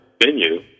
venue